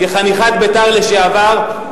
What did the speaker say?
כחניכת בית"ר לשעבר,